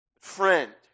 Friend